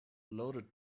loaded